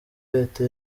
leta